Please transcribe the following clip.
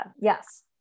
yes